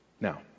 Now